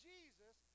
Jesus